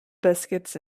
biscuits